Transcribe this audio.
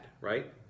right